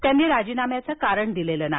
त्यांनी राजिनाम्याचं कारण दिलेलं नाही